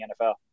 NFL